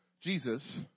Jesus